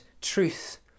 truth